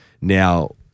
Now